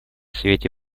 свете